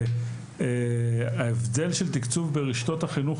לגבי ההבדל בתקצוב ברשתות החינוך